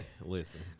listen